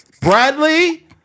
bradley